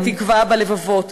נגד התקווה בלבבות.